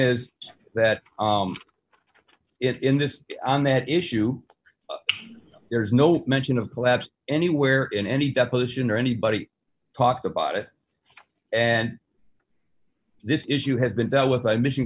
is that in this on that issue there is no mention of collapse anywhere in any deposition or anybody talked about it and this is you have been dealt with i mission